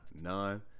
None